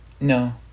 No